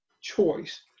choice